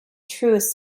truest